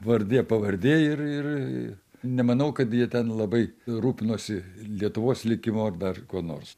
vardė pavardė ir ir nemanau kad jie ten labai rūpinosi lietuvos likimu ar dar kuo nors